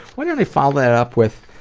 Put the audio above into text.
why don't i follow that up with,